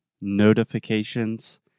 notifications